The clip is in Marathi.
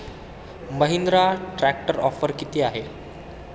महिंद्रा ट्रॅक्टरवर ऑफर किती आहे?